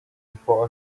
before